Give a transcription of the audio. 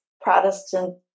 Protestant